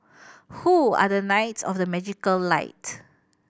who are the knights of the magical light